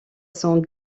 sont